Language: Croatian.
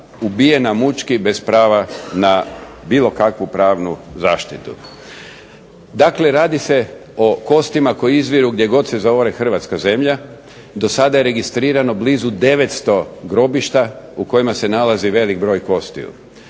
ubijena mučki, bez prava na bilo kakvu pravnu zaštitu. Dakle radi se o kostima koje izviru gdje god se zaore hrvatska zemlja, do sada je registrirano blizu 900 grobišta u kojima se nalazi velik broj kostiju.